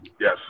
Yes